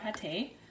pate